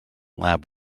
lab